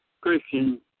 Christian